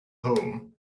home